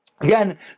Again